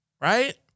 Right